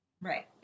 Right